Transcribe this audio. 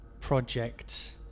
project